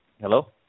hello